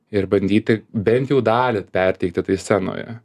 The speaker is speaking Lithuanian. ir bandyti bent jau dalį perteikti tai scenoje